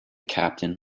captain